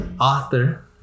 author